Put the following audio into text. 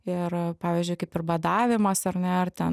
ir pavyzdžiui kaip ir badavimas ar ne ar ten